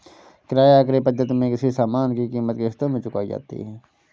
किराया क्रय पद्धति में किसी सामान की कीमत किश्तों में चुकाई जाती है